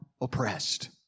oppressed